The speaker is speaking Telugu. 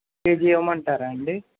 కేజీ ఇవ్వమంటారా అండి